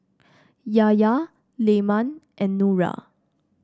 Yahya Leman and Nura